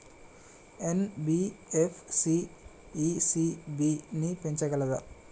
NBFC ECB ని పెంచగలదా?